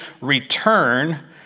return